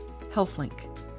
HealthLink